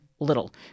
little